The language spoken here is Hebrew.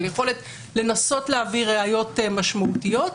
על יכולת לנסות להביא ראיות משמעותיות,